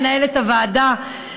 מנהלת הוועדה,